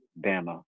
dama